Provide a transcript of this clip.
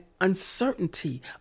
uncertainty